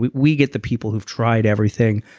we we get the people who've tried everything,